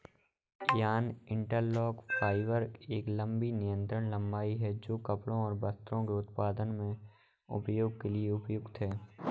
yarn interlock fibre की एक लंबी निरंतर लंबाई है, जो कपड़े और वस्त्रों के उत्पादन में उपयोग के लिए उपयुक्त है